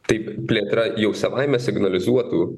tai plėtra jau savaime signalizuotų